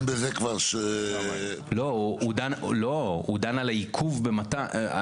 השולחן דן בזה כבר --- הוא דן על עיכוב התורים.